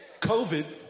COVID